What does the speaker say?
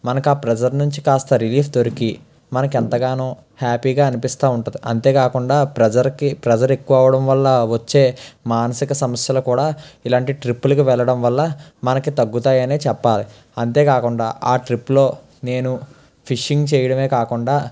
మనకా ఆ ప్రజర్ నుంచి కాస్త రిలీఫ్ దొరికి మనకెంతగానో హ్యాపీగా అనిపిస్తూ ఉంటుంది అంతేకాకుండా ప్రషర్కి ప్రెషర్ ఎక్కువ అవడం వల్ల వచ్చే మానసిక సమస్యలు కూడా ఇలాంటి ట్రిప్పులకి వెళ్ళడం వల్ల మనకి తగ్గుతాయనే చెప్పాలి అంతే కాకుండా ఆ ట్రిప్పులో నేను ఫిషింగ్ చేయడమే కాకుండా